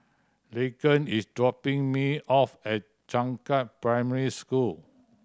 Laken is dropping me off at Changkat Primary School